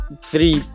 three